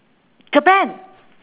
japan